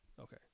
Okay